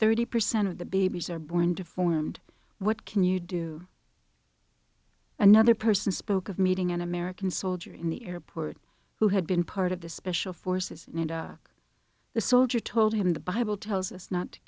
thirty percent of the babies are born deformed what can you do another person spoke of meeting an american soldier in the airport who had been part of the special forces the soldier told him the bible tells us not to